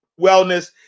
Wellness